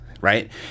right